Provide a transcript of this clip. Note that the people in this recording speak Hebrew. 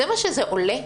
זה מה שזה עולה?